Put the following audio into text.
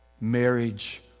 marriage